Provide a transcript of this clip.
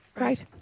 Right